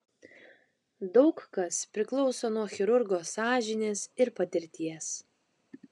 daug kas priklauso nuo chirurgo sąžinės ir patirties